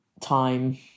time